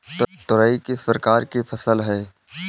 तोरई किस प्रकार की फसल है?